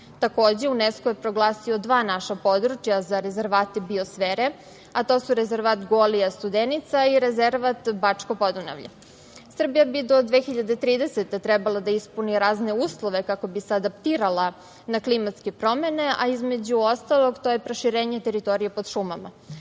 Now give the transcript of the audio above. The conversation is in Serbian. blago. Takođe, UNESKO je proglasio dva naša područja za rezervate biosfere, a to su rezervat Golija, Studenica i rezervat Bačko Podunavlje. Srbija bi do 2030. godine trebalo da ispuni razne uslove kako bi se adaptirala na klimatske promene, a između ostalog to je proširenje teritorije pod šumama,